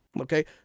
okay